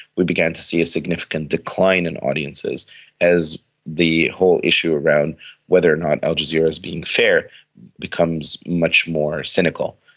we began to see a significant decline in audiences as the whole issue around whether or not al jazeera was being fair becomes much more cynical,